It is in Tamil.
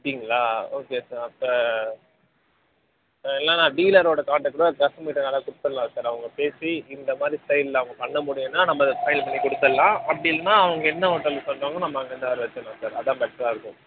அப்படிங்களா ஓகே சார் அப்போ இல்லைன்னா டீலரோடய கான்டெக்ட் கூட கஸ்டமர்கிட்ட வேணா கொடுத்தர்லாம் சார் அவங்க பேசி இந்த மாதிரி ஸ்டைலில் அவங்க பண்ண முடியுன்னா நம்ம அதை ஃபைனல் பண்ணி கொடுத்தர்லாம் அப்படி இல்லன்னா அவங்க என்ன ஹோட்டலில் சொல்கிறாங்களோ நம்ம அங்கேருந்து ஆள் வெச்சுர்லாம் சார் அதுதான் பெட்டராக இருக்கும்